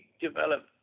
develop